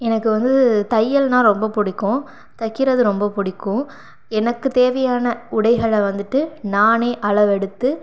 எனக்கு வந்து தையல்னா ரொம்ப பிடிக்கும் தைக்கிறது ரொம்ப பிடிக்கும் எனக்கு தேவையான உடைகளை வந்துட்டு நானே அளவெடுத்து